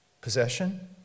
Possession